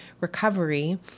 recovery